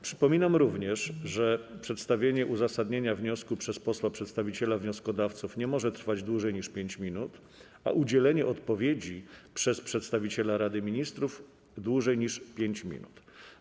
Przypominam również, że przedstawienie uzasadnienia wniosku przez posła przedstawiciela wnioskodawców nie może trwać dłużej niż 5 minut, a udzielenie odpowiedzi przez przedstawiciela Rady Ministrów - dłużej niż 5 minut.